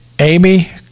Amy